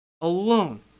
alone